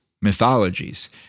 mythologies